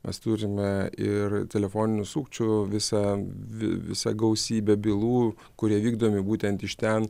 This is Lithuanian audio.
mes turime ir telefoninių sukčių visa visa gausybė bylų kurie vykdomi būtent iš ten